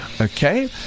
Okay